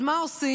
אז מה עושים?